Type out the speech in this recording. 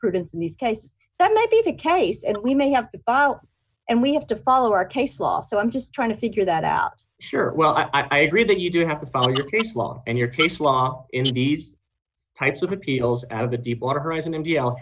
in these cases that may be the case and we may have and we have to follow our case law so i'm just trying to figure that out sure well i agree that you do have to follow your case law and your case law in these types of appeals out of the deep water horizon and y